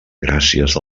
gràcies